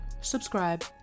subscribe